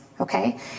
Okay